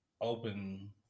open